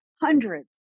hundreds